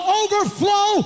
overflow